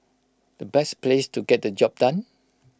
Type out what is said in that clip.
the best place to get the job done